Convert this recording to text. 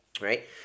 right